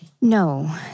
No